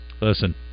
Listen